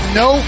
no